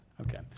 Okay